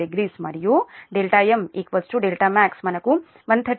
20 మరియు δm δmax మనకు 132